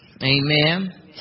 Amen